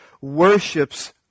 worships